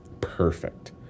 perfect